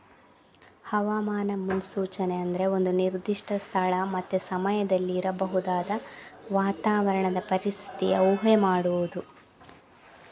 ಹವಾಮಾನ ಮುನ್ಸೂಚನೆ ಅಂದ್ರೆ ಒಂದು ನಿರ್ದಿಷ್ಟ ಸ್ಥಳ ಮತ್ತೆ ಸಮಯದಲ್ಲಿ ಇರಬಹುದಾದ ವಾತಾವರಣದ ಪರಿಸ್ಥಿತಿಯ ಊಹೆ ಮಾಡುದು